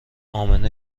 امنه